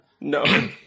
no